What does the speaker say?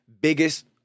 biggest